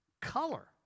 color